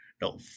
no